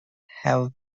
have